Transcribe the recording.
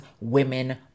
women